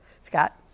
Scott